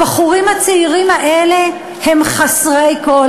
הבחורים הצעירים האלה הם חסרי כול.